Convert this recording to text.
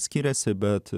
skiriasi bet